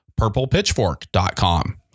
purplepitchfork.com